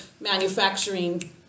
manufacturing